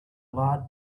large